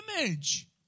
image